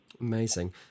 Amazing